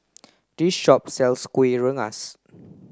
this shop sells Kuih Rengas